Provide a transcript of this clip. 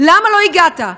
למה לא הגעת?